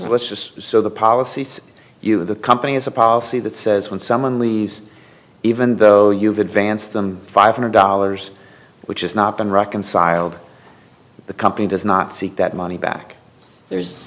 just so the policies you have the company has a policy that says when someone leaves even though you've advanced them five hundred dollars which has not been reconciled the company does not seek that money back there's